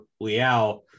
Liao